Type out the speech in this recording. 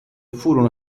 furono